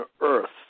Earth